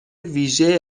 ویژه